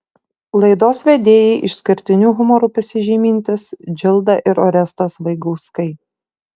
laidos vedėjai išskirtiniu humoru pasižymintys džilda ir orestas vaigauskai